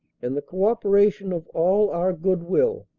and the co-opera tion of all our goodwill,